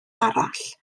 arall